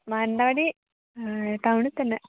മാനന്തവാടി ടൗണിൽ തന്നെ